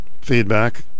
feedback